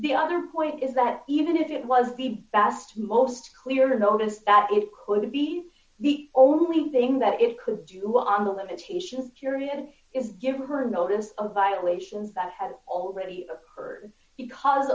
the other point is that even if it was the bast most clear notice that it could be the only thing that it could do on the limitations period is give her notice of violations that have already occurred because